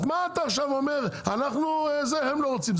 אז מה אתה עכשיו אומר הם לא רוצים?